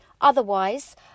Otherwise